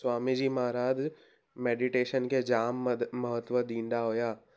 Swami ji Maharaj meditation खे जामु मद महत्व ॾींदा हुया